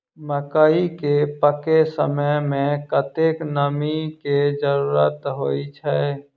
मकई केँ पकै समय मे कतेक नमी केँ जरूरत होइ छै?